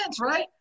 right